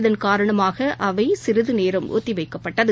இதன் காரணமாகஅவைசிறிதுநேரம் ஒத்திவைக்கப்பட்டது